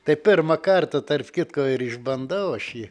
tai pirmą kartą tarp kitko ir išbandau aš jį